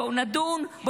בואו נדון,